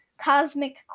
Cosmic